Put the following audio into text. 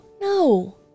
no